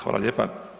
Hvala lijepa.